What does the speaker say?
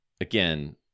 again